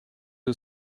who